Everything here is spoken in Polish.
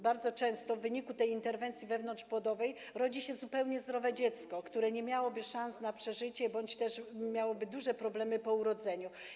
Bardzo często w wyniku tej interwencji wewnątrzpłodowej rodzi się zupełnie zdrowe dziecko, które nie miałoby szans na przeżycie bądź też miałoby duże problemy po urodzeniu.